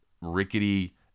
rickety